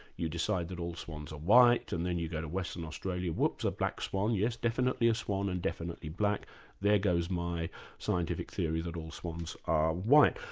you decide that all swans are white, and then you go to western australia, whoops, a black swan, yes, definitely a swan and definitely black there goes my scientific theory that all swans are white.